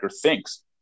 thinks